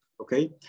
okay